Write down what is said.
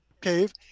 cave